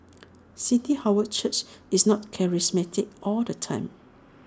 city harvest church is not charismatic all the time